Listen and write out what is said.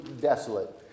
desolate